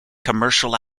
commercial